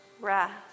Rest